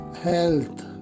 health